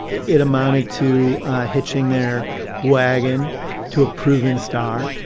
it amounted to hitching their wagon to a proven star,